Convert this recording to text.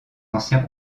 anciens